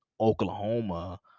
Oklahoma